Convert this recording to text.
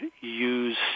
use